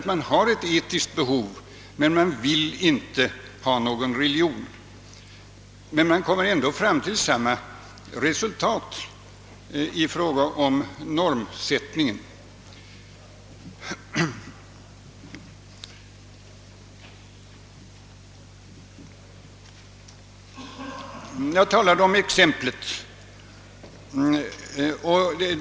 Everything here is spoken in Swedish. Man har ett etiskt behov men man vill inte ha någon religion; ändå kommer man fram till samma resultat i fråga om normsättningen. Jag talade tidigare om exemplets makt.